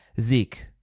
Zeke